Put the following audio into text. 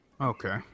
Okay